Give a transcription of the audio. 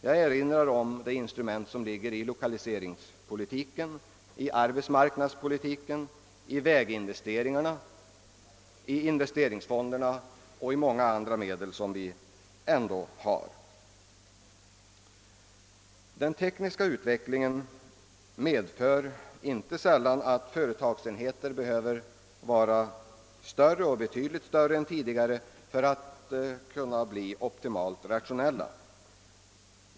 Jag erinrar om de instrument som ligger i lokaliseringspolitiken, i arbetsmarknadspolitiken, i väginvesteringarna och i investeringsfonderna. Den tekniska utvecklingen medför inte sällan att företagsenheter behöver vara betydligt större än tidigare för att kunna bli optimalt rationella.